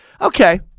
Okay